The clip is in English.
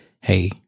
hey